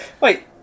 Wait